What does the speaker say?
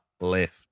left